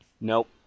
Nope